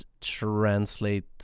translate